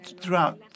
throughout